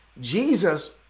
Jesus